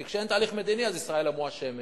כי כשאין תהליך מדיני אז ישראל המואשמת,